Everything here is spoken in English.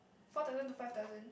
four thousand to five thousand